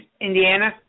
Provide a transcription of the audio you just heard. Indiana